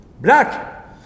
Black